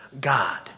God